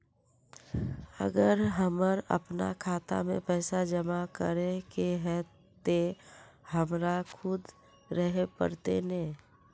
अगर हमर अपना खाता में पैसा जमा करे के है ते हमरा खुद रहे पड़ते ने?